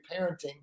parenting